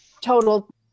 total